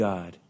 God